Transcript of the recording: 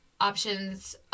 options